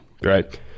Right